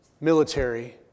military